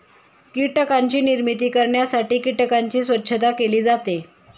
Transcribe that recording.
कीटकांची निर्मिती करण्यासाठी कीटकांची स्वच्छता केली जाते